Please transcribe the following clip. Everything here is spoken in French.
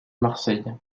marseille